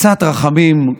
קצת רחמים,